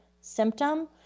symptom